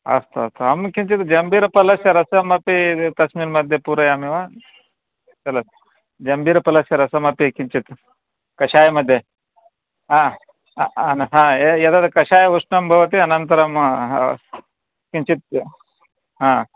अस्तु अस्तु अहं किञ्चित् जम्बीरफलस्य रसमपि तस्मिन् मध्ये पूरयामि वा चलतु जम्बीरफलस्य रसमपि किञ्चित् कषायमध्ये हा हा एतद् कषायः उष्णः भवति अनन्तरं किञ्चित् हा